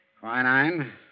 Quinine